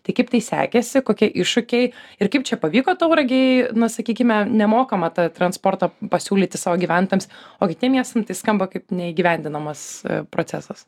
tai kaip tai sekėsi kokie iššūkiai ir kaip čia pavyko tauragei na sakykime nemokamą ta transportą pasiūlyti savo gyventojams o kitiem miestam tai skamba kaip neįgyvendinamas procesas